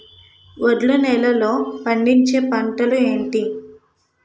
ఒండ్రు నేలలో పండించే పంటలు ఏంటి?